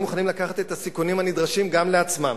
מוכנים לקחת את הסיכונים הנדרשים גם לעצמם.